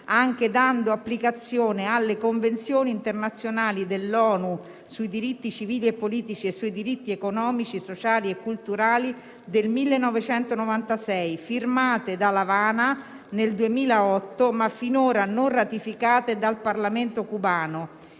anche dando applicazione alle Convenzioni internazionali dell'ONU sui diritti civili e politici e sui diritti economici, sociali e culturali del 1996, firmate da L'Avana nel 2008 ma finora non ratificate dal Parlamento cubano